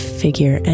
figure